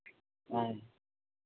ᱦᱮᱸ